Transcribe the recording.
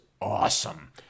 Awesome